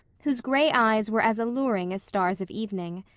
whose gray eyes were as alluring as stars of evening.